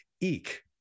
eek